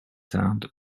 sound